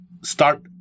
start